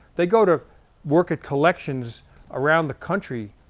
they go to work at collections around the country.